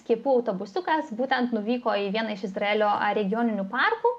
skiepų autobusiukas būtent nuvyko į vieną iš izraelio regioninių parkų